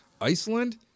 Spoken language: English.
Iceland